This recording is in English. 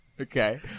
Okay